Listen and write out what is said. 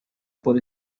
por